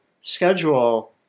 schedule